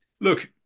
look